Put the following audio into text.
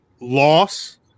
loss